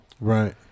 Right